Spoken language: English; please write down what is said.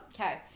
Okay